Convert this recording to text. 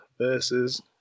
versus